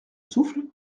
souffle